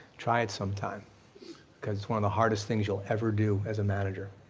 try it some time because it's one of the hardest things you'll ever do as a manager.